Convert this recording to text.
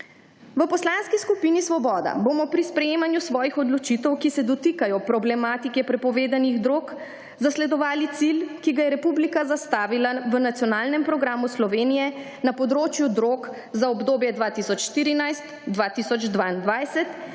V Poslanski skupini Svoboda bomo pri sprejemanju svojih odločitev, ki se dotikajo problematike prepovedanih drog, zasledovali cilj, ki ga je republika zastavila v nacionalnem programu Slovenije na področju drog za obdobje 2014–2022,